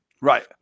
Right